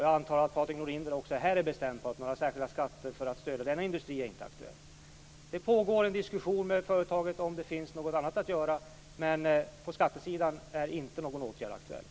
Jag antar att Patrik Norinder också här är bestämd i sin uppfattning, nämligen att särskilda skatter för att stödja denna industri inte är aktuella. Det pågår en diskussion med företaget om det finns något annat att göra men på skattesidan är alltså inte någon åtgärd aktuell.